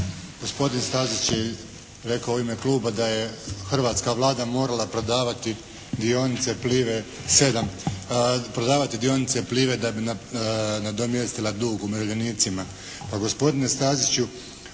Gospodin Stazić je rekao u ime Kluba da je hrvatska Vlada morala prodavati dionice Plive 7, prodavati dionice